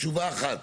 תשובה אחת.